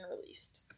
released